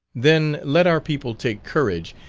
then let our people take courage,